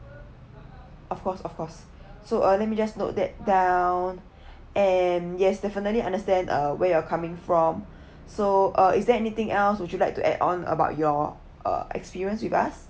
of course of course so uh let me just note that down and yes definitely understand uh where you're coming from so uh is there anything else would you like to add on about your uh experience with us